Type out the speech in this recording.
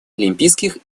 олимпийских